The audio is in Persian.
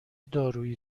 دارویی